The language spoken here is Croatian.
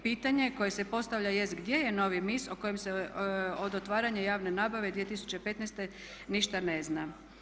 Pitanje je koje se postavlja jest gdje je novi MIS o kojem se od otvaranja javne nabave 2015. ništa ne zna.